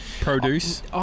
Produce